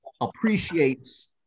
appreciates